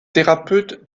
thérapeute